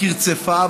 קרצפה.